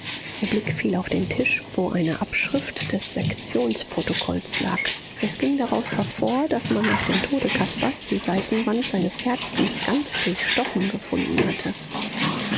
ihr blick fiel auf den tisch wo eine abschrift des sektionsprotokolles lag es ging daraus hervor daß man nach dem tode caspars die seitenwand seines herzens ganz durchstochen gefunden hatte